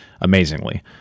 amazingly